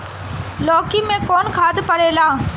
लौकी में कौन खाद पड़ेला?